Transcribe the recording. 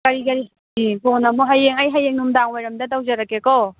ꯀꯔꯤ ꯀꯔꯤ ꯀꯣꯟꯅ ꯑꯃꯨꯛ ꯍꯌꯦꯡ ꯑꯩ ꯍꯌꯦꯡ ꯑꯩ ꯅꯨꯃꯤꯗꯥꯡ ꯋꯥꯏꯔꯝꯗ ꯇꯧꯖꯔꯛꯀꯦꯀꯣ